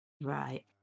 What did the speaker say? Right